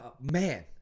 Man